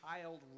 child